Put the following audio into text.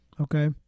okay